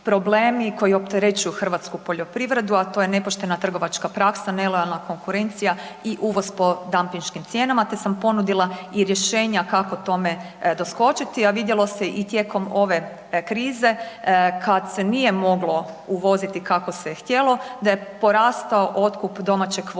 koji opterećuju hrvatsku poljoprivredu, a to je nepoštena trgovačka praksa, nelojalna konkurencija i uvoz po dampinškim cijenama, te sam ponudila i rješenja kako tome doskočiti, a vidjelo se i tijekom ove krize kad se nije moglo uvoziti kako se je htjelo, da je porastao otkup domaćeg voća